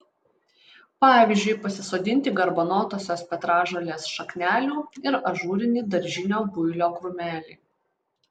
pavyzdžiui pasisodinti garbanotosios petražolės šaknelių ir ažūrinį daržinio builio krūmelį